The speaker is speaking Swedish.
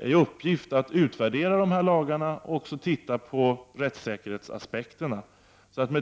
i uppgift att utvärdera och därvid bl.a. se på rättssäkerhetsaspekterna.